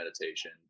meditation